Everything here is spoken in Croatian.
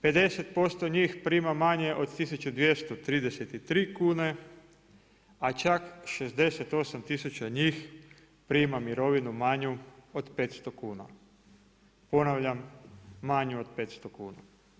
50% njih prima manje od 1233 kune, a čak 68000 njih prima mirovinu manju od 500 kuna, ponavljam, manju od 500 kuna.